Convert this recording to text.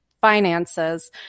finances